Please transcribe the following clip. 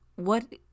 What